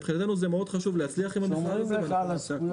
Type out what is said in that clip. מבחינתנו מאוד חשוב להצליח עם המכרז הזה.